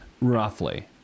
roughly